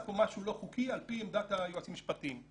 פה משהו לא חוקי על פי עמדת היועצים המשפטיים.